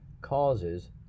causes